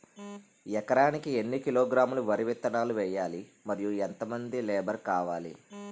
ఎకరానికి ఎన్ని కిలోగ్రాములు వరి విత్తనాలు వేయాలి? మరియు ఎంత మంది లేబర్ కావాలి?